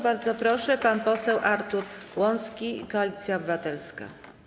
Bardzo proszę, pan poseł Artur Łącki, Koalicja Obywatelska.